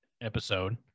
episode